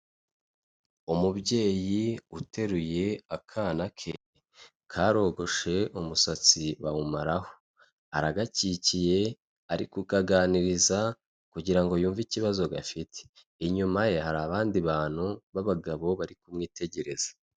Umubyeyi uteruye akana ke karogoshe umusatsi bawumaraho, aragakikiye arikukaganiriza kugira ngo yumve ikibazo gafite, inyuma ye hari abandi bantu b'abagabo bari kumwitegereza.